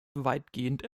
weitgehend